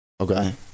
Okay